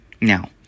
Now